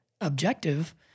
objective